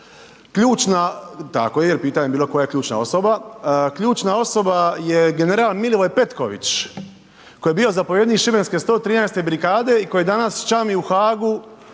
ključna osoba je general Milivoj Petković, koji je bio zapovjednik šibenske 113. brigade i koji danas čami u Haagu,